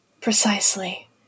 Precisely